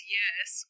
yes